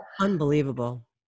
Unbelievable